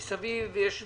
מסביב יש ויכוח,